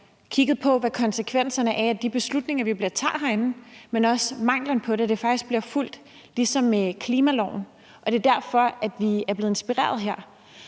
kigget på, hvad konsekvenserne er af de beslutninger, vi tager herinde, men også manglen på det, altså at det faktisk bliver fulgt ligesom klimaloven. Det er derfor, vi er blevet inspireret her.